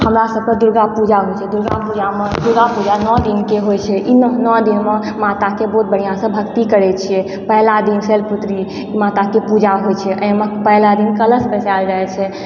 हमरा सबके दुर्गा पूजा होइ छै दुर्गा पूजा मे दुर्गा पूजा नओ दिन के होइ छै एहिमे नओ दिनमे माता के बहुत बढ़िऑं सॅं भक्ति करै छियै पहला दिन शैलपुत्री माता के पूजा होइ छै एहि मे पहला दिन कलश बैसायल जाइ छै